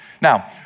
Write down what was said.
Now